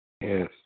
Yes